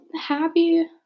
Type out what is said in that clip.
happy